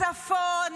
הצפון,